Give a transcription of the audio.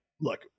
look